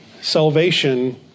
salvation